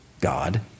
God